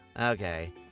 Okay